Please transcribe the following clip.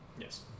yes